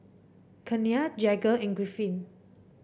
Kenia Jagger and Griffin